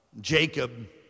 Jacob